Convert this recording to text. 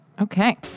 Okay